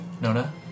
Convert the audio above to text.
Nona